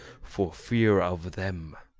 for fear of them.